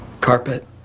carpet